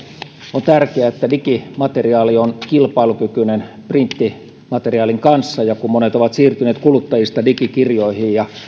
on tärkeää että digimateriaali on kilpailukykyinen printtimateriaalin kanssa ja kun monet kuluttajista ovat siirtyneet digikirjoihin ja